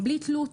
בלי תלות,